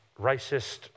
racist